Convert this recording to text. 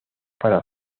para